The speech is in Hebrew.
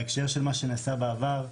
בהקשר של מה שנעשה בעבר,